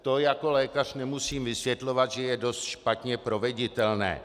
To jako lékař nemusím vysvětlovat, že je dost špatně proveditelné.